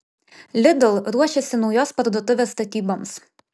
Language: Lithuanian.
lidl ruošiasi naujos parduotuvės statyboms